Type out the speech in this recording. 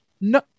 No